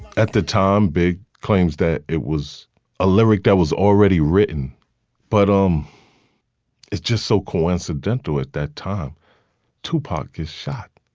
at the time big claims that it was a lyric that was already written but um it's just so coincidental with that time tupac is shot.